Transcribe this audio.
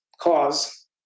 cause